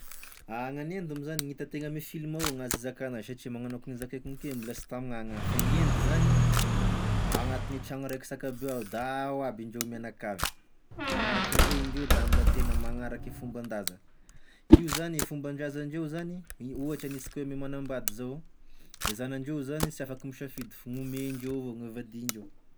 Agny agn'Indy moa zany gn'hitantena ame filma ao gn'azo hizakagna azy, satria magnano akoa nozakaiko igny ke mbola sy tamign'agny a, i Indy zany, agnatigne tragno raiky zakabe ao da ao aby indreo mianakavy, magnarakin'izay, indreo da mbola tena magnaraky fomban-daza, io zany i fomban-drazandreo zany ny ohatry, hanesika hoe ame manambady zao, e zanandreo zany sy afaky misafidy fa gn'omendreo avao no vadiandreo.